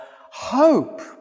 hope